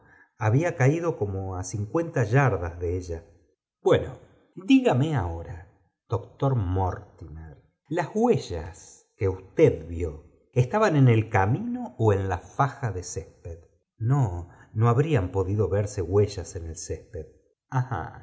había caído como cincuenta yardas de ella bueno dígame ahora doctor mortimer las huellas que usted vió estaban en el camino ó en la faja de césped no habrían podido verse huellas en el césped